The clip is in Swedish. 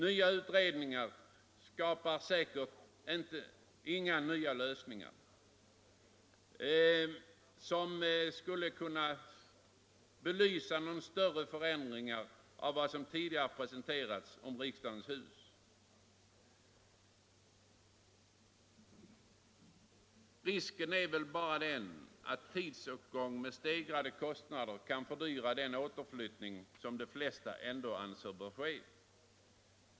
Nya utredningar skapar säkerligen inga nya lösningar som kan medföra förändringar av vad som tidigare har presenterats om riksdagens hus. Risken är väl bara den att tidsåtgång med stegrade kostnader kan fördyra den återflyttning som de flesta ändå anser bör ske.